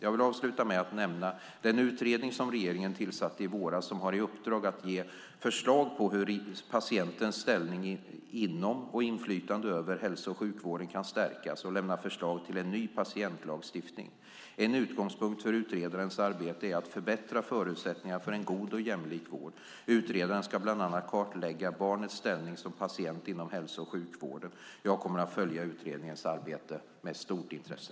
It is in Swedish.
Jag vill avsluta med att nämna den utredning som regeringen tillsatte i våras som har i uppdrag att ge förslag på hur patientens ställning inom och inflytande över hälso och sjukvården kan stärkas och lämna förslag till en ny patientlagstiftning. En utgångspunkt för utredarens arbete är att förbättra förutsättningarna för en god och jämlik vård. Utredaren ska bland annat kartlägga barnets ställning som patient inom hälso och sjukvården. Jag kommer att följa utredningens arbete med stort intresse.